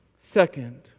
Second